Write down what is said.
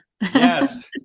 yes